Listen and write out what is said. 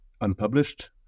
unpublished